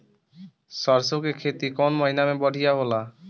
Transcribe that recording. सरसों के खेती कौन महीना में बढ़िया होला?